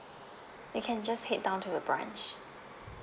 you can just head down to the branch